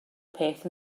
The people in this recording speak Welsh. peth